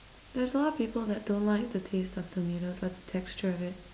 there's a lot of people that don't like the taste of tomatoes or texture of it